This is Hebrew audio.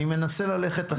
אני מנסה ללכת אחרת.